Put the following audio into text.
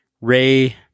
Ray